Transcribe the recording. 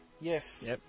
Yes